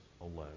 alone